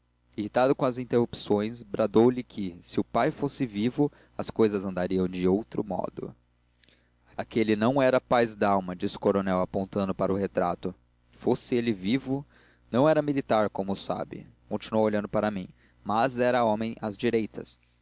irritado com as interrupções bradou-lhe que se o pai fosse vivo as cousas andariam de outro modo aquele não era paz d'alma disse o coronel apontando para o retrato fosse ele vivo não era militar como sabe continuou olhando para mim mas era homem às direitas